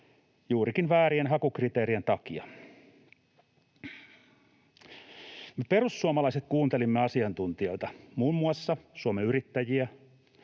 juurikin väärien hakukriteerien takia. Me perussuomalaiset kuuntelimme tarkalla korvalla asiantuntijoita, muun muassa Suomen Yrittäjiä,